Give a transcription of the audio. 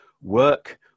Work